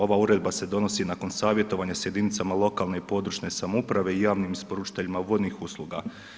Ova uredba se donosi nakon savjetovanja sa jedinicama lokalne i područne samouprave i javnim isporučiteljima vodnih usluga.